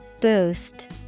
Boost